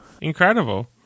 incredible